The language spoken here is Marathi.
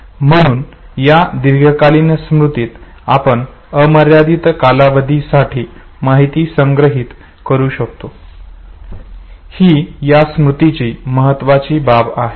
म्हणून या दीर्घकालीन स्मृतीत आपण अमर्यादीत कालावधीसाठी माहिती संग्रहित करू शकतो ही या स्मृतीची महत्वाची बाब आहे